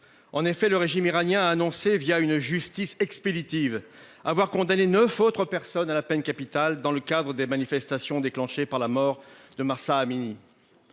En effet, le régime iranien a annoncé via une justice expéditive avoir condamné 9 autres personnes à la peine capitale dans le cadre des manifestations déclenchées par la mort de Mahsa Amini.